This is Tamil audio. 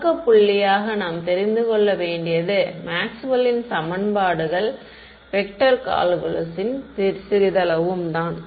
தொடக்க புள்ளியாக நாம் தெரிந்து கொள்ள வேண்டியது மேக்ஸ்வெல்லின் சமன்பாடுகள் வெக்டர் கால்குலஸின் சிறிதளவும் தான்